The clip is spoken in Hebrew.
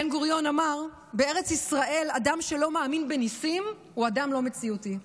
בן-גוריון אמר: בארץ ישראל אדם שלא מאמין בניסים הוא אדם לא מציאותי.